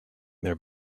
their